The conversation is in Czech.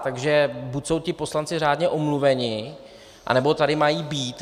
Takže buď jsou ti poslanci řádně omluveni, anebo tady mají být.